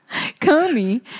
Comey